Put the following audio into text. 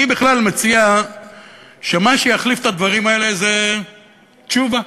ובקליפת אגוז, אדוני,